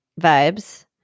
vibes